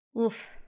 Oof